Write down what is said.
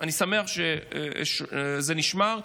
אני שמח שזה נשמר,